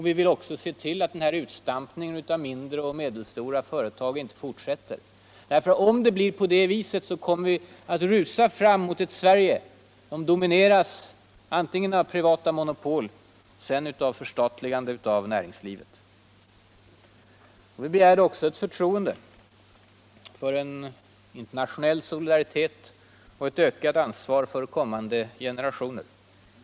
Vi vill också se till att utstampningen av mindre och medelstora företag inte fortsätter, därför att om den gör det kommer vi att rusa fråm mot ett Sverige som domineras av antingen privatmonopoltl eller förstatligande av näringslivet. Vi begärde också eu förtroende för en ökad internationell solidaritet och ett ökat ansvar för kommande generationer.